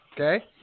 Okay